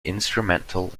instrumental